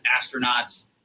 astronauts